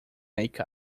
make